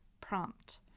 prompt